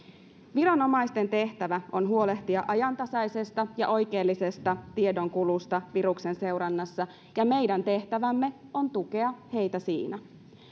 viranomaisten tehtävä on huolehtia ajantasaisesta ja oikeellisesta tiedonkulusta viruksen seurannassa ja meidän tehtävämme on tukea heitä siinä